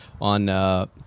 on